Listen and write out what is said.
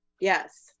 Yes